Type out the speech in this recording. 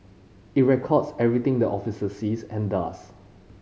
it records everything the officer sees and does